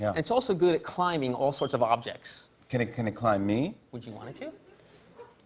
it's also good at climbing all sorts of objects. can it can it climb me? would you want it to?